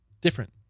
different